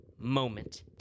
moment